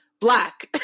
black